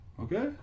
Okay